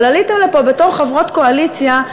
אבל עליתן לפה בתור חברות קואליציה,